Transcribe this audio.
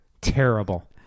Terrible